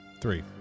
Three